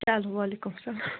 چلو وعلیکُم السلام